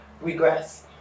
regress